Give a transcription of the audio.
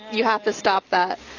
you have to stop that.